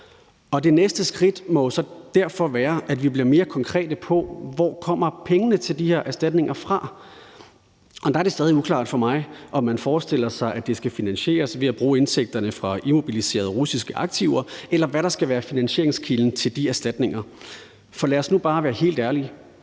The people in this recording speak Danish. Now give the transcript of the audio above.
Det næste skridt må derfor være, at vi bliver mere konkrete på, hvor pengene til de her erstatninger kommer fra. Der er det stadig uklart for mig, om man forestiller sig, om man forestiller sig, at det skal finansieres ved at bruge indtægterne fra immobiliserede russiske aktiver, eller hvad der skal være finansieringskilden til de erstatninger. For lad os nu bare være helt ærlige: